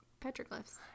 petroglyphs